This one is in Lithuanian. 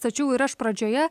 tačiau ir aš pradžioje